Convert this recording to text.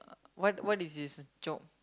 what what is his job